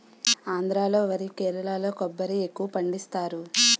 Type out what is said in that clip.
ఆంధ్రా లో వరి కేరళలో కొబ్బరి ఎక్కువపండిస్తారు